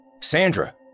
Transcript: Sandra